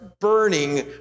burning